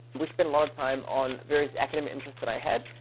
we spent a lot of time on various academic interests that i had,